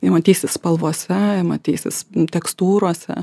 nematysis spalvos veja matysis tekstūrose